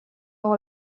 all